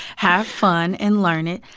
have fun and learn it.